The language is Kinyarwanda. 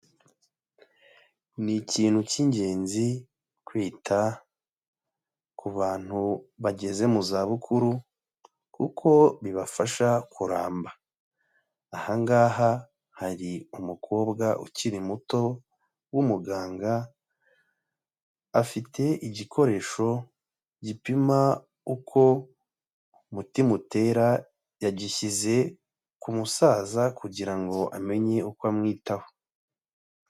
Ni ikintu cy'ingenzi, kwita ku bantu bageze mu zabukuru kuko bibafasha kuramba. Ahangaha, hari umukobwa ukiri muto w'umuganga, afite igikoresho gipima uko umutima utera, yagishyize ku musaza kugira ngo amenye uko amwitaho.